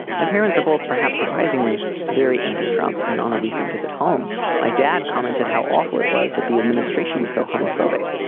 my parents are both perhaps surprisingly very anti trump and on a recent visit home my dad commented how awful it was that the administration was so homophobic.